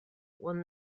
won